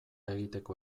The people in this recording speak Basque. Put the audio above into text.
egiteko